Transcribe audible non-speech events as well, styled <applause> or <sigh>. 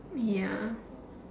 ya <breath>